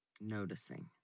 Noticing